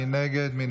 מי